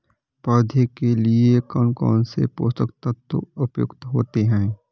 पौधे के लिए कौन कौन से पोषक तत्व उपयुक्त होते हैं?